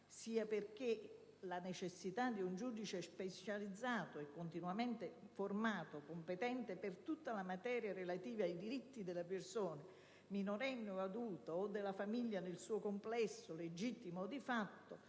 sia per la necessità di un giudice specializzato e continuamente formato, competente per tutta la materia relativa ai diritti della persona, minorenne o adulta, o della famiglia nel suo complesso, legittima o di fatto,